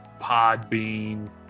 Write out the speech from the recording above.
Podbean